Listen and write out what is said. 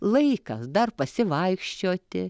laikas dar pasivaikščioti